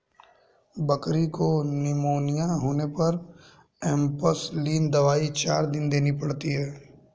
बकरी को निमोनिया होने पर एंपसलीन दवाई चार दिन देनी पड़ती है